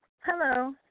Hello